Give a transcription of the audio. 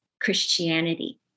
Christianity